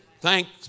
Thanks